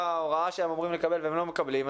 ההוראה שהם אמורים לקבל והם לא מקבלים,